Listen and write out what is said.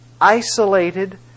isolated